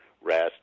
rest